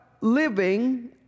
living